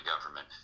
government